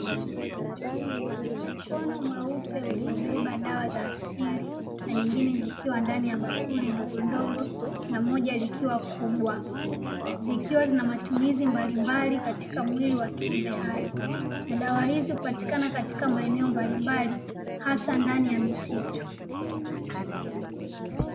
Mkono mweupe uliobeba dawa za asili na nyingine zikiwa ndani ya bakuli ndogondogo na moja likiwa kubwa zikiwa na matumizi mbalimbali katika mwili wa kiumbe hai na dawa hizi hupatikana katika maeneo mbalimbali hasa ndani ya misitu.